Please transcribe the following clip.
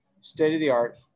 state-of-the-art